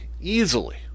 easily